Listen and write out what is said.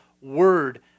Word